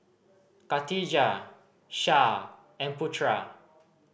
Khatijah Syah and Putera